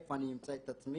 איפה אני אמצא את עצמי.